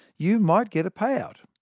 you might get a pay-out.